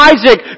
Isaac